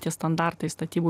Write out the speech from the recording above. tie standartai statybų